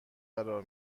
قرار